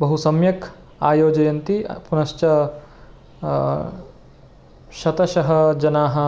बहु सम्यक् आयोजयन्ति पुनश्च शतशः जनाः